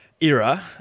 era